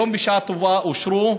היום בשעה טובה הן אושרו,